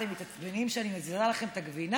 אתם מתעצבנים שאני מזיזה לכם את הגבינה?